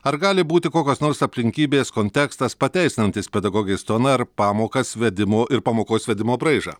ar gali būti kokios nors aplinkybės kontekstas pateisinantis pedagogės toną ar pamokas vedimo ir pamokos vedimo braižą